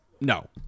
No